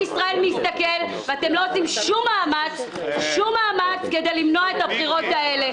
אבל עם ישראל מסתכל ואתם לא עושים שום מאמץ כדי למנוע את הבחירות האלה.